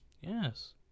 Yes